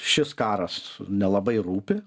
šis karas nelabai rūpi